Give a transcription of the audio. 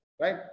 Right